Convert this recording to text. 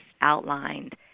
outlined